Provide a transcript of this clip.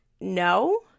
no